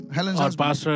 Helen's